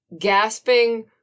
gasping